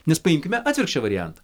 nes paimkime atvirkščią variantą